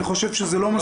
אני חושב שזה לא מכבד.